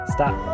Stop